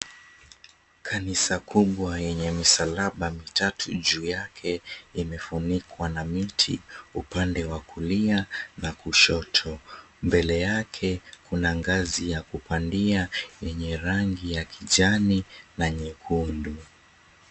Kanisa kubwa yenye misalaba mitatu juu yake imefunikwa na miti, upande wa kulia na kushoto. Mbele yake kuna ngazi ya kupandia yenye ragi ya kijani na nyekundu.